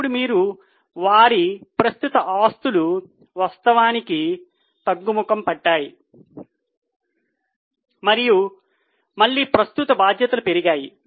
ఇప్పుడు మీరు వారి ప్రస్తుత ఆస్తులు వాస్తవానికి తగ్గుముఖం పట్టాయి మరియు మళ్ళీ ప్రస్తుత బాధ్యతలు పెరిగాయి